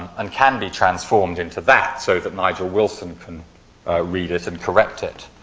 and can be transformed into that so that nigel wilson can read it and correct it.